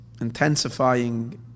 intensifying